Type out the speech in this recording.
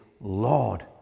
Lord